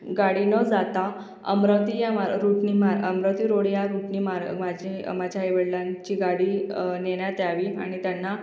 गाडी न जाता अमरावती या मार् रूटनी मा अमरावती रोड या रूटनी मार माझे माझ्या आईवडिलांची गाडी नेण्यात यावी आणि त्यांना